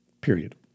Period